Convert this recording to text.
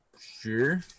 sure